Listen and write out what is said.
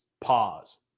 pause